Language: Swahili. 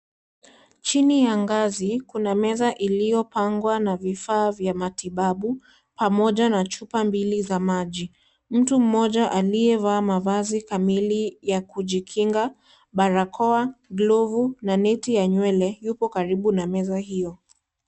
Chini ya ngazi, kuna meza iliyopangwa na vifaa vya matibabu, pamoja na chupa mbili za maji. Mtu mmoja aliyevaa mavazi kamili ya kujikinga, barakoa, glovu na neti ya nywele, yupo karibu na meza hiyo.